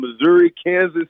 Missouri-Kansas